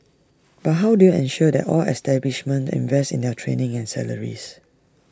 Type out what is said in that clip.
but how do you ensure that all establishments invest in their training and salaries